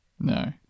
No